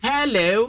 Hello